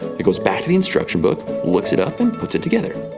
it goes back to the instruction book, looks it up, and puts it together.